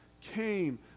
came